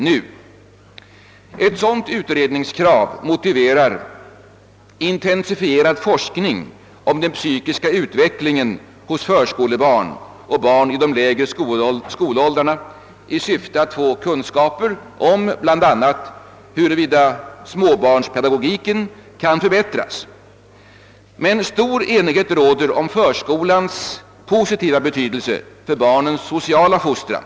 Detta utredningskrav motiverar också intensifierad forskning rörande den psykiska utvecklingen hos förskolebarn och barn i de lägre skolåldrarna i syfte att vinna kunskap om bl.a. huruvida småbarnspedagogiken kan förbättras. Stor enighet råder om skolans positiva betydelse för barnens sociala fostran.